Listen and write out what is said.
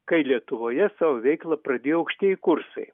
kai lietuvoje savo veiklą pradėjo aukštieji kursai